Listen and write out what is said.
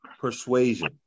persuasion